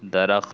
درخت